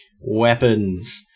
weapons